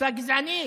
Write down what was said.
קבוצה גזענית.